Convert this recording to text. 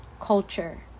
culture